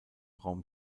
raum